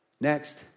Next